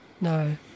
no